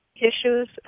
issues